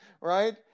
Right